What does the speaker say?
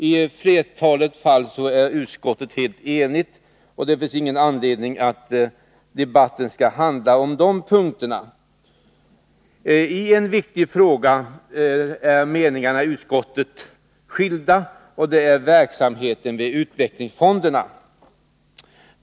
I flertalet fall är utskottet helt enigt, och det finns ingen anledning att debatten skall handla om de punkterna. I en viktig fråga är meningarna i utskottet skilda, och det gäller verksamheten vid utvecklingsfonderna.